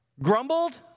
Grumbled